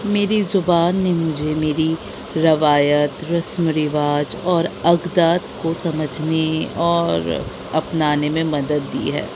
میری زبان نے مجھے میری روایت رسم و رواج اور اقدار کو سمجھنے اور اپنانے میں مدد دی ہے